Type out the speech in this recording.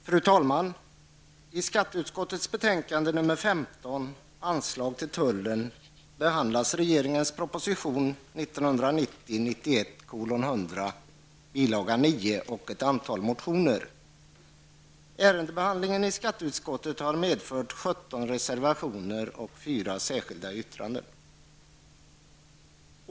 Fru talman! I skatteutskottets betänkande nr 15, anslag till tullen m.m., behandlas regeringens proposition 1990/91:100, bil. 9, och ett antal motioner. Ärendebehandlingen i skatteutskottet har medfört 17 reservationer och 4 särskilda yttranden.